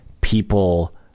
people